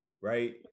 Right